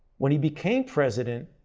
when he became president,